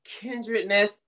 kindredness